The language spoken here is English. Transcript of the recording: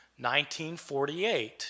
1948